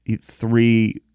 three